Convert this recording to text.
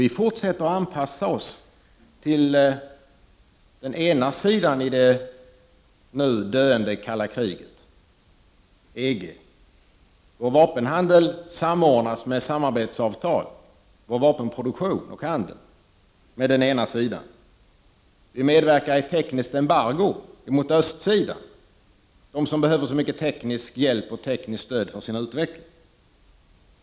Vi fortsätter att anpassa oss till den ena sidan i det nu döende kalla kriget, EG. Vår vapenproduktion och vapenhandel samordnas genom samarbetsavtal med den ena sidan. Vi medverkar i ett tekniskt embargo mot östsidan som behöver så mycket teknisk hjälp och tekniskt stöd för sin utveckling.